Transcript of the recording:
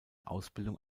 ausbildung